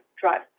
drive